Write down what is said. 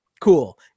Cool